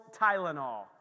Tylenol